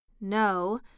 no